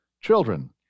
children